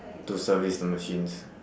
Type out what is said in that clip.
to service the machines